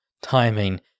timing